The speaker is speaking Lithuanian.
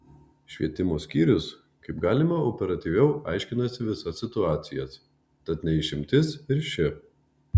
švietimo skyrius kaip galima operatyviau aiškinasi visas situacijas tad ne išimtis ir ši